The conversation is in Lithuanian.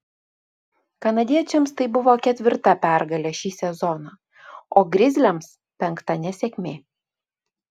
kanadiečiams tai buvo ketvirta pergalė šį sezoną o grizliams penkta nesėkmė